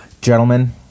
gentlemen